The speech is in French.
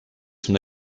son